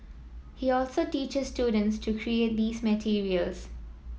he also teaches students to create these materials